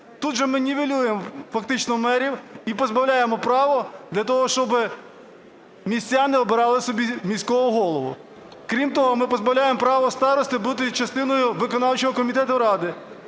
Тут же ми нівелюємо фактично мерів і позбавляємо права для того, щоб містяни обирали собі міського голову. Крім того, ми позбавляємо право старости бути частиною виконавчого комітету ради,